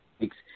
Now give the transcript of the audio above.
weeks